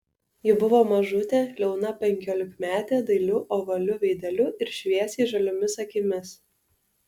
ji buvo mažutė liauna penkiolikmetė dailiu ovaliu veideliu ir šviesiai žaliomis akimis